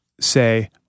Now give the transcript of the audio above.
say